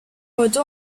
moto